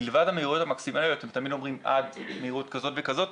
מלבד המהירויות המקסימליות הם תמיד אומרים עד מהירות כזאת וכזאת,